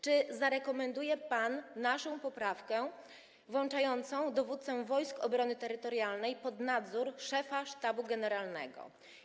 Czy zarekomenduje pan naszą poprawkę włączającą dowódcę Wojsk Obrony Terytorialnej pod nadzór szefa Sztabu Generalnego?